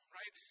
right